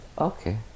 okay